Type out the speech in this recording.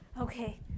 Okay